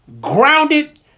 grounded